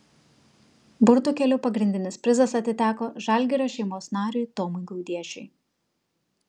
burtų keliu pagrindinis prizas atiteko žalgirio šeimos nariui tomui gaudiešiui